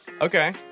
Okay